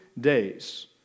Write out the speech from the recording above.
days